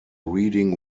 reading